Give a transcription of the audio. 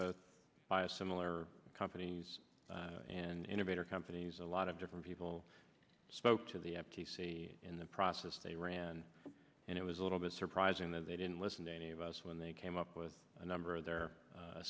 companies by a similar companies and innovator companies a lot of different people spoke to the f t c in the process they ran and it was a little bit surprising that they didn't listen to any of us when they came up with a number of their